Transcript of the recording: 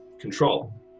Control